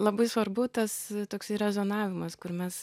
labai svarbu tas toksai rezonavimas kur mes